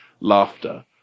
laughter